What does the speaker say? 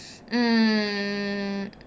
mm